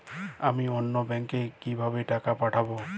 আমি অন্য ব্যাংকে কিভাবে টাকা পাঠাব?